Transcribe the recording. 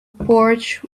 porch